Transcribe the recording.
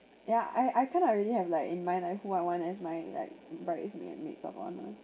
ya I I cannot really have like in my life what I want as my like bridesmaid maids of honour